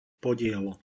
podiel